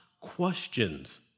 questions